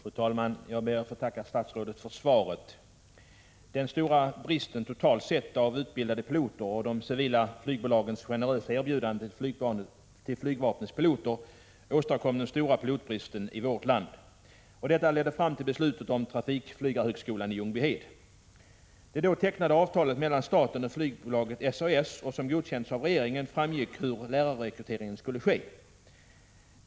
Fru talman! Jag ber att få tacka statsrådet för svaret. Den stora bristen totalt sett på utbildade piloter och de civila flygbolagens generösa erbjudanden till flygvapnets piloter åstadkom den stora pilotbristen i vårt land. Detta ledde fram till beslutet om trafikflygarhögskolan i Ljungbyhed. Av det då tecknade avtalet mellan staten och flygbolaget SAS, som godkändes av regeringen, framgick hur lärarrekryteringen skulle ske.